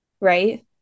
right